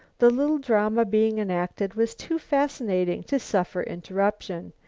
the little drama being enacted was too fascinating to suffer interruption.